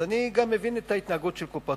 אני גם מבין את ההתנהגות של קופות-החולים.